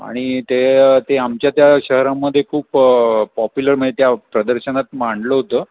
आणि ते ते आमच्या त्या शहरामध्ये खूप पॉप्युलर म्हणजे त्या प्रदर्शनात मांडलं होतं